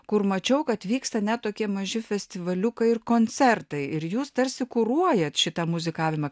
kur mačiau kad vyksta ne tokie maži festivaliukai ir koncertai ir jūs tarsi kuruojat šitą muzikavimą